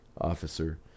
officer